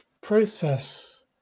process